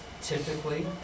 typically